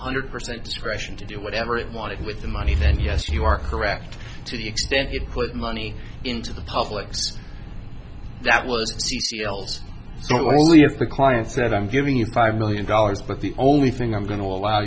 hundred percent discretion to do whatever it wanted with the money then yes you are correct to the extent it put money into the public's that was c c l's so only if the client said i'm giving you five million dollars but the only thing i'm going to allow